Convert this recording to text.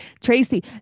Tracy